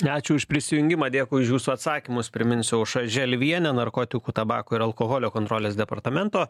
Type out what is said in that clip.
ačiū už prisijungimą dėkui už jūsų atsakymus priminsiu aušra želvienė narkotikų tabako ir alkoholio kontrolės departamento